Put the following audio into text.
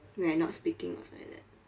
when I not speaking or something like that